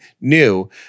new